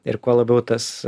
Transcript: ir kuo labiau tas